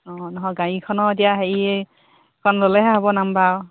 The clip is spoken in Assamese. অঁ নহয় গাড়ীখনৰ এতিয়া হেৰিখন ল'লেহে হ'ব নাম্বাৰ আৰু